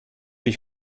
ich